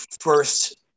first